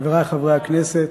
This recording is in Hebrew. חברי חברי הכנסת,